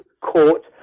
court